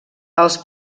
als